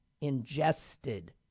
ingested